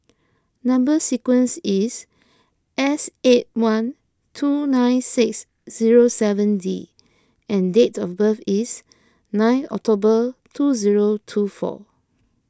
Number Sequence is S eight one two nine six zero seven D and date of birth is nine October two zero two four